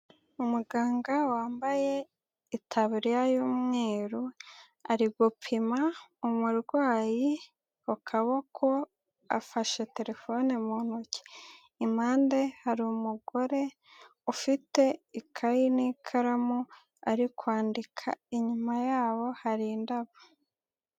Umuganga wambaye itaburiya y'umweru, ari gupima umurwayi ku kaboko afashe telefone mu ntoki. Impande hari umugore ufite ikayi n'ikaramu ari kwandika. Inyuma yabo hari indabo.